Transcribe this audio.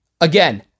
Again